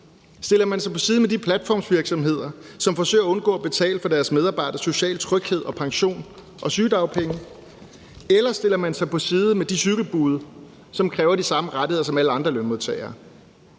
Stiller man sig på side med de platformsvirksomheder, som forsøger at undgå at betale for deres medarbejderes sociale tryghed, pension og sygedagpenge, ellers stiller man sig på side med de cykelbude, som kræver de samme rettigheder som alle andre lønmodtagere?